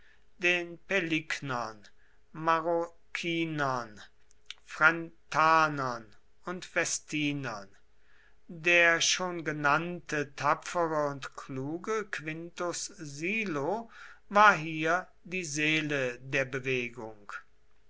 den paelignern marrucinern frentanern und vestinern der schon genannte tapfere und kluge quintus silo war hier die seele der bewegung